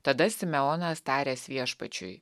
tada simeonas taręs viešpačiui